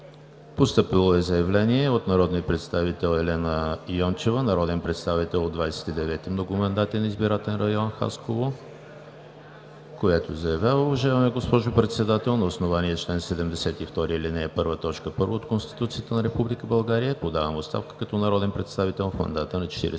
Постъпило е заявление от народния представител Елена Николова Йончева, народен представител от Двадесет и девети многомандатен избирателен район – Хасково, в което заявява: „Уважаема госпожо Председател, на основание чл. 72, ал. 1, т. 1 от Конституцията на Република България подавам оставка като народен представител в мандата на